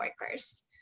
workers